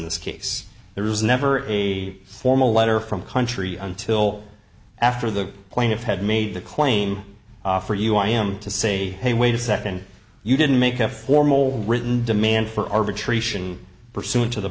this case there was never a formal letter from country until after the plaintiff had made the claim for you i am to say hey wait a second you didn't make a formal written demand for arbitration pursuant to the